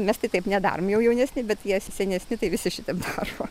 mes tai taip nedarom jau jaunesni bet jie s senesni tai visi šitep daro